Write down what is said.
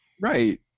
Right